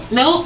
no